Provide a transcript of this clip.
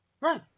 Right